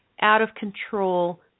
out-of-control